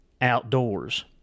outdoors